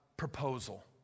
proposal